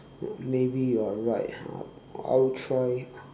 maybe you are right ha I will try